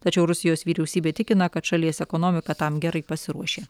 tačiau rusijos vyriausybė tikina kad šalies ekonomika tam gerai pasiruošė